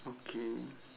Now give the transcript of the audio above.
okay